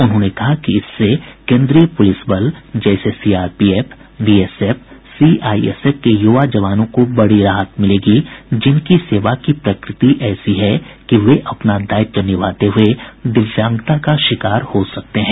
उन्होंने कहा कि इससे केंद्रीय पुलिस बल जैसे सीआरपीएफ बीएसएफ सीआईएसएफ के युवा जवानों को बड़ी राहत मिलेगी जिनकी सेवा की प्रकृति ऐसी है कि वे अपना दायित्व निभाते हुए दिव्यांगता का शिकार हो सकते हैं